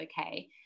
okay